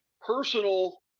personal